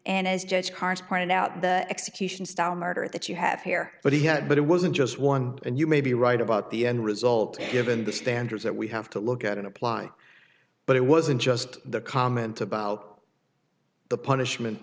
and as judge carnes pointed out the execution style murder that you have here but he had but it wasn't just one and you may be right about the end result given the standards that we have to look at and apply but it wasn't just the comment about the punishment